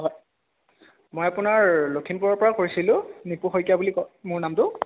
হয় মই আপোনাৰ লখিমপুৰৰ পৰা কৈছিলোঁ নিপু শইকীয়া বুলি কয় মোৰ নামটো